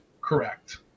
Correct